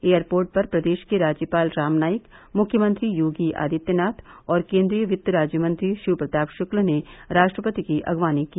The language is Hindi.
एयरपोर्ट पर प्रदेश के राज्यपाल राम नाईक मुख्यमंत्री योगी आदित्यनाथ और केन्द्रीय वित्त राज्य मंत्री शिव प्रताप शुक्ल ने राष्ट्रपति की आगवानी की